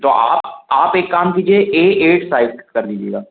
तो आप आप एक काम कीजिए का ए ऐट साइज़ कर दीजिएगा